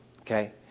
okay